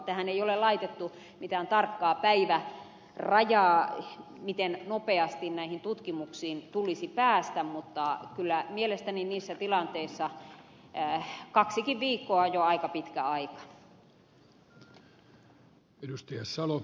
tähän ei ole laitettu mitään tarkkaa päivärajaa miten nopeasti näihin tutkimuksiin tulisi päästä mutta kyllä mielestäni niissä tilanteissa kaksikin viikkoa on jo aika pitkä aika